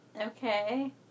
Okay